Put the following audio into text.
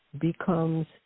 becomes